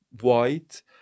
white